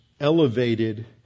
elevated